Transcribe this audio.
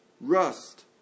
rust